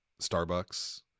Starbucks